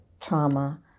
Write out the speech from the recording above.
trauma